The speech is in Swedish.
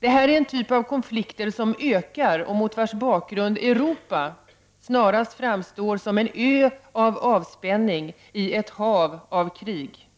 Detta är en typ av konflikter som ökar och mot vars bakgrund Europa snarast framgår som en ö av avspänning i ett hav av krig.